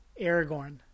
Aragorn